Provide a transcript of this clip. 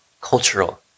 cultural